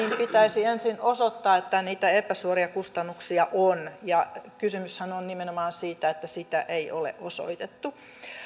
pitäisi ensin osoittaa että niitä epäsuoria kustannuksia on ja kysymyshän on nimenomaan siitä että sitä ei ole osoitettu